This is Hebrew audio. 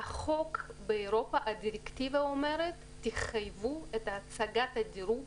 החוק באירופה - הדירקטיבה אומרת: תחייבו את הצגת הדירוג